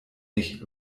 nicht